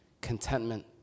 contentment